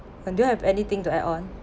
and do you have anything to add on